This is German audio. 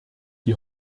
die